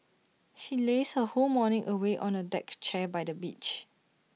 she lazed her whole morning away on A deck chair by the beach